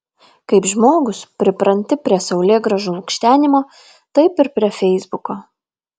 kaip žmogus pripranti prie saulėgrąžų lukštenimo taip ir prie feisbuko